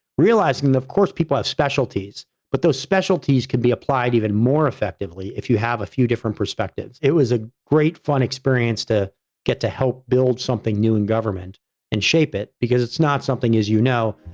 realizing, of course, people have specialties, but those specialties can be applied even more effectively if you have a few different perspectives, it was a great fun experience to get to help build something new in government and shape it because it's not something is, you know,